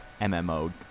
MMO